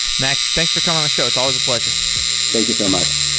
max, thanks for coming on the show. it's always a pleasure thank you so much